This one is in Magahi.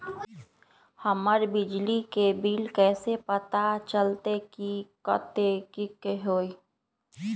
हमर बिजली के बिल कैसे पता चलतै की कतेइक के होई?